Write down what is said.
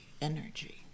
energy